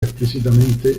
explícitamente